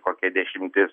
kokia dešimtis